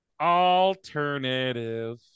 Alternative